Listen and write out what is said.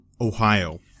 Ohio